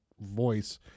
voice